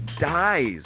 dies